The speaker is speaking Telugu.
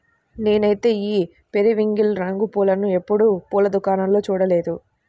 నేనైతే ఈ పెరివింకిల్ రంగు పూలను ఎప్పుడు పూల దుకాణాల్లో చూడలేదు